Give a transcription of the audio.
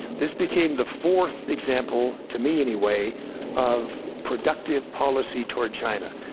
this became the fourth example to me, anyway of productive policy towards china.